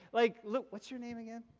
like, look, what's your name again?